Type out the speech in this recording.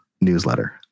newsletter